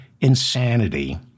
insanity